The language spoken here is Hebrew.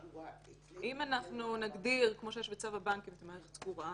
אם אנחנו נגדיר כמו שיש בצו הבנקים את המערכת הסגורה,